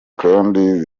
kandi